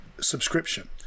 subscription